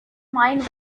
mind